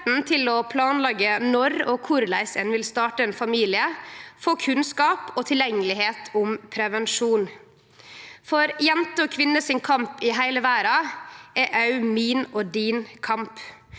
til å planleggje når og korleis ein vil starte ein familie, og kunnskap om og tilgjengelegheit av prevensjon. Jenter og kvinner sin kamp i heile verda er òg min og din kamp.